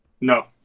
no